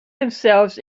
themselves